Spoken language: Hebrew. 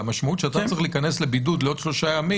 והמשמעות שהם צריכים להיכנס לבידוד לעוד שלושה ימים